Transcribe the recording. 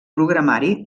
programari